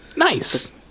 nice